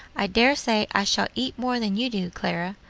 i dare say i shall eat more than you do, clara.